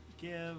give